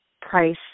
price